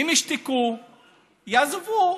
יעזבו.